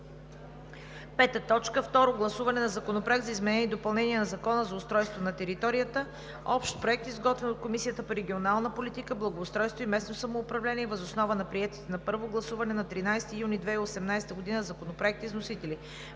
2019 г. 5. Второ гласуване на Законопроекта за изменение и допълнение на Закона за устройство на територията – Общ проект, изготвен от Комисията по регионална политика, благоустройство и местно самоуправление, въз основа на приетите на първо гласуване на 13 юни 2018 г. законопроекти с вносители: